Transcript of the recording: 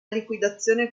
liquidazione